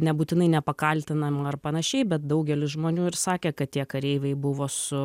nebūtinai nepakaltinamą ar panašiai bet daugelis žmonių ir sakė kad tie kareiviai buvo su